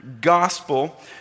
gospel